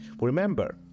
Remember